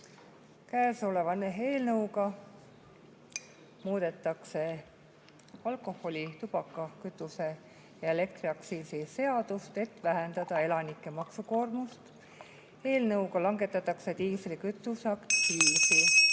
Käesoleva eelnõuga muudetakse alkoholi‑, tubaka‑, kütuse‑ ja elektriaktsiisi seadust selleks, et vähendada elanike maksukoormust. Eelnõuga langetatakse diislikütuse aktsiisi.